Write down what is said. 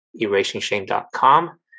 erasingshame.com